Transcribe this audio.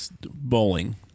bowling